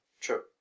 True